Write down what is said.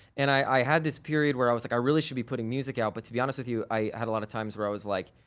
and i had this period where i was like, i really should be putting music out, but to be honest with you, i had a lot of times where i was like,